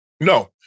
No